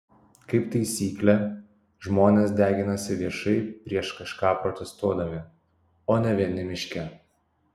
kaip taisyklė žmonės deginasi viešai prieš kažką protestuodami o ne vieni miške